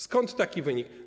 Skąd taki wynik?